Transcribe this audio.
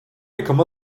become